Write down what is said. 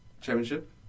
Championship